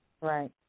Right